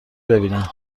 ببینم